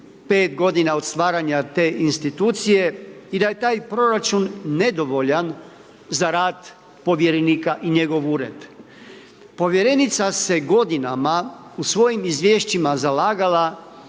5 godina od stvaranja te institucije i da je taj proračun nedovoljan za rad povjerenika i njegov ured. Povjerenica se godinama u svojim izvješćima zalagala